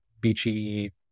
beachy